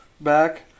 back